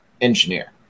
engineer